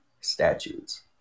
statutes